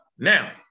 Now